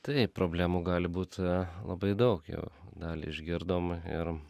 taip problemų gali būt labai daug jau dalį išgirdom ir